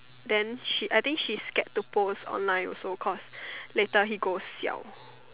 then she I think she scared to post online also cause later he go siao